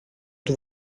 του